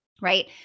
right